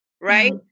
Right